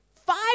Five